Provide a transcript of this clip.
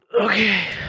Okay